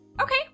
Okay